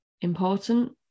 important